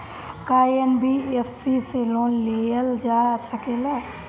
का एन.बी.एफ.सी से लोन लियल जा सकेला?